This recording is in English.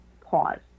pause